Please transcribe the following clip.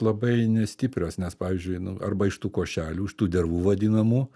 labai nestiprios nes pavyzdžiui arba iš tų košelių iš tų dervų vadinamų